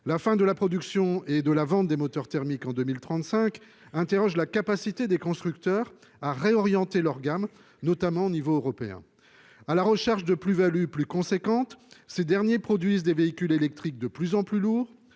La fin de la production et de la vente des moteurs thermiques en 2035. Interroge la capacité des constructeurs à réorienter leur gamme, notamment au niveau européen à la recherche de plus Value plus conséquente. Ces derniers produisent des véhicules électriques de plus en plus lourd,